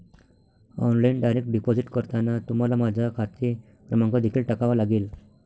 online direct deposit करताना तुम्हाला माझा खाते क्रमांक देखील टाकावा लागेल